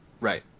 Right